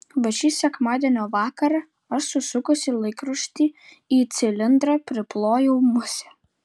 bet šį sekmadienio vakarą aš susukusi laikraštį į cilindrą priplojau musę